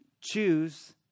choose